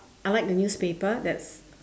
I like the newspaper that's